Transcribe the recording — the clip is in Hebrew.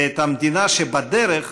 ואת המדינה שבדרך